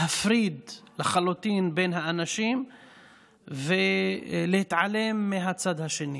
להפריד לחלוטין בין האנשים ולהתעלם מהצד השני.